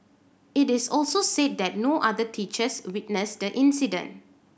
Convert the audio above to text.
it also said that no other teachers witnessed the incident